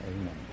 Amen